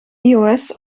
ios